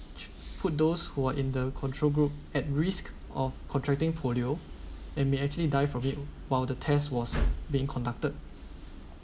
ch~ put those who are in the control group at risk of contracting polio and may actually die from it while the test was being conducted